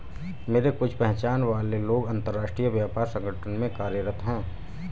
मेरे कुछ पहचान वाले लोग अंतर्राष्ट्रीय व्यापार संगठन में कार्यरत है